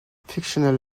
fictional